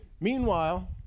Meanwhile